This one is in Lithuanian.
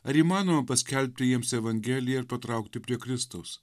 ar įmanoma paskelbti jiems evangeliją ir patraukti prie kristaus